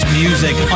music